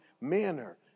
manner